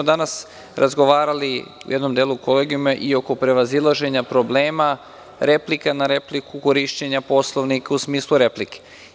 Danas smo u jednom delu Kolegijuma razgovarali i oko prevazilaženja problema replika na repliku, korišćenja Poslovniku u smislu replike.